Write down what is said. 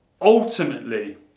ultimately